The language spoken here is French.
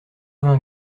vingt